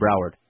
Broward